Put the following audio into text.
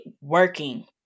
working